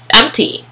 empty